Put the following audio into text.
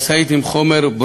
משאית עם ברומין,